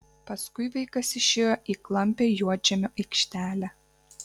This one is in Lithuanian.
paskui vaikas išėjo į klampią juodžemio aikštelę